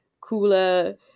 cooler